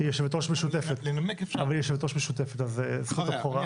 היא יושבת-ראש משותפת, אז זכות הבכורה.